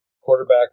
quarterback